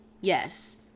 Yes